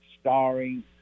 starring